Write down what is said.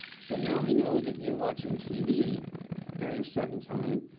so now we know that you're watching tv during a certain time.